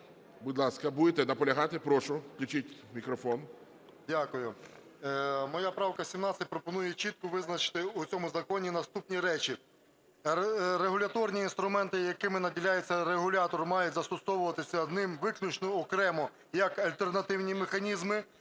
Будь ласка, будете наполягати? Прошу, включіть мікрофон. 11:56:55 БОНДАР М.Л. Дякую. Моя правка 17 пропонує чітко визначити в цьому законі наступні речі. Регуляторні інструменти, якими наділяється регулятор, мають застосовуватися ним виключно окремо як альтернативні механізми